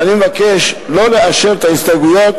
ואני מבקש לא לאשר את ההסתייגויות